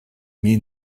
mean